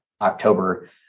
October